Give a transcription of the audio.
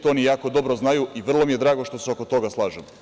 To oni jako dobro znaju i vrlo mi je drago što se oko toga slažemo.